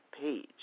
page